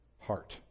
heart